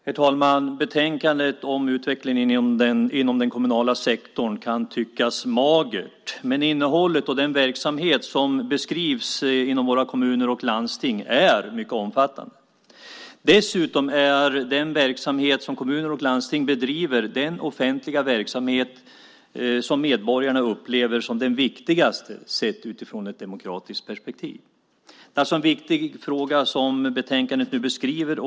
Herr talman! Betänkandet om utvecklingen inom den kommunala sektorn kan tyckas magert. Men innehållet och den verksamhet som beskrivs inom våra kommuner och landsting är mycket omfattande. Dessutom är den verksamhet som kommuner och landsting bedriver den offentliga verksamhet som medborgarna upplever som den viktigaste sett ur ett demokratiskt perspektiv. Det är alltså en viktig fråga som betänkandet nu beskriver.